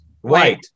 White